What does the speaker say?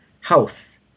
house